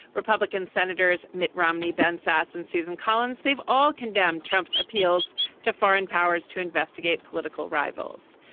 republican senators mitt romney ben sasse and susan collins. they've all condemned trump's appeals to foreign powers to investigate political rivals.